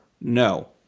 No